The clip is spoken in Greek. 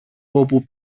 όπου